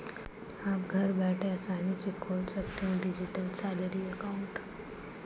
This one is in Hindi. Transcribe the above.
आप घर बैठे आसानी से खोल सकते हैं डिजिटल सैलरी अकाउंट